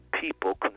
people